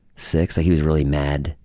six. he was really mad.